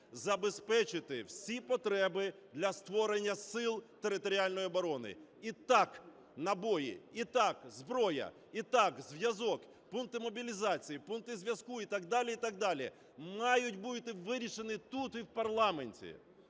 забезпечити всі потреби для створення Сил територіальної оборони. І так – набої, і так – зброя, і так – зв'язок, пункти мобілізації, пункти зв'язку і так далі, і так далі, мають бути вирішені тут, в парламенті.